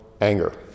anger